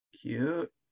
cute